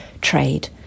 trade